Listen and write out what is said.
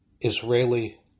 Israeli